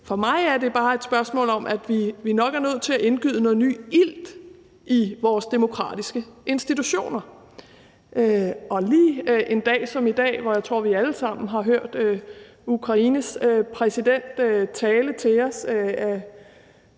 For mig er det bare et spørgsmål om, at vi nok er nødt til at tilføre ny ilt til vores demokratiske institutioner. Lige på en dag som i dag tror jeg at vi alle sammen har hørt Ukraines præsident tale til os om